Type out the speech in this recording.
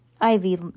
Ivy